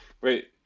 wait